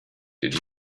did